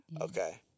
okay